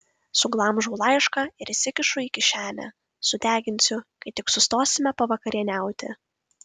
suglamžau laišką ir įsikišu į kišenę sudeginsiu kai tik sustosime pavakarieniauti